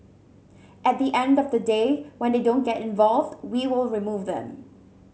at the end of the day when they don't get involved we will remove them